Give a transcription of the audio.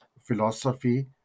philosophy